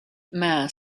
mass